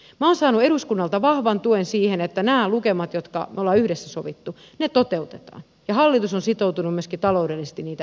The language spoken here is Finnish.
minä olen saanut eduskunnalta vahvan tuen siihen että nämä lukemat jotka me olemme yhdessä sopineet toteutetaan ja hallitus on sitoutunut myöskin taloudellisesti niitä edistämään